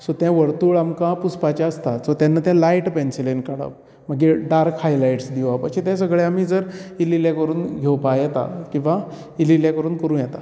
so तें वर्तूळ आमकां पुसपाचे आसता सो तेन्ना तें लायट पेन्सीलेन काडप मागीर डार्क हायलायट्स दिवप अशें तें सगळे आमी जर तें इल्ले इल्ले करून घेवपा येता किंवां इल्ले इल्ले करूं येता